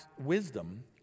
wisdom